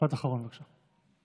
משפט אחרון, בבקשה.